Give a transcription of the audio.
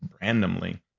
randomly